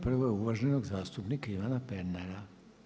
Prvo je uvaženog zastupnika Ivana Pernara.